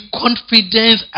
confidence